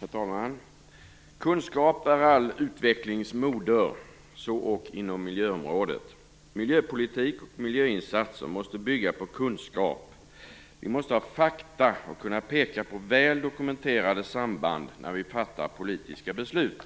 Herr talman! Kunskap är all utvecklings moder, så ock inom miljöområdet. Miljöpolitik och miljöinsatser måste bygga på kunskap. Vi måste ha fakta och kunna peka på väl dokumenterade samband när vi fattar politiska beslut